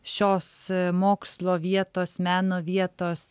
šios mokslo vietos meno vietos